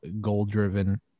goal-driven